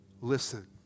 Listen